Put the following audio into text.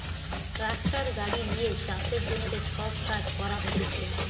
tractor গাড়ি লিয়ে চাষের জমিতে সব কাজ করা হতিছে